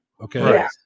Okay